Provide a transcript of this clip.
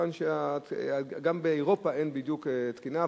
גם באירופה אין בדיוק תקינה,